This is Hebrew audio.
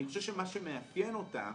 אני חושב שמה שמאפיין אותם